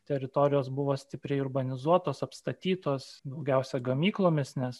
teritorijos buvo stipriai urbanizuotos apstatytos daugiausia gamyklomis nes